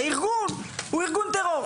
הארגון הוא ארגון טרור.